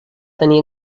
tenir